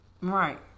Right